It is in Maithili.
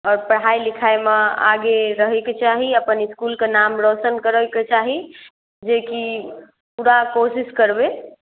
आओर पढ़ाइ लिखाइमे आगे रहयके चाही अपन इस्कुलके नाम रौशन करैके चाही जे कि पूरा कोशिश करबै